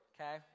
Okay